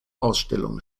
ausstellungen